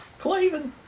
Clavin